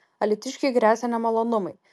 alytiškiui gresia nemalonumai